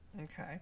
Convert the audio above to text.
Okay